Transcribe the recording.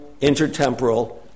intertemporal